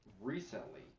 recently